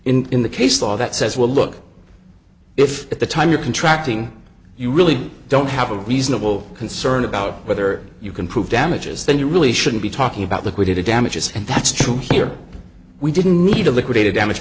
in the case law that says well look if at the time you're contracting you really don't have a reasonable concern about whether you can prove damages then you really shouldn't be talking about liquidated damages and that's true here we didn't need a liquidated damage